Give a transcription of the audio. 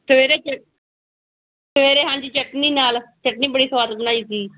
ਸਵੇਰੇ ਸਵੇਰੇ ਹਾਂਜੀ ਚਟਨੀ ਨਾਲ ਚਟਨੀ ਬੜੀ ਸਵਾਦ ਬਣਾਈ ਸੀ